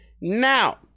Now